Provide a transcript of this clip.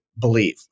believe